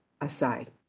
aside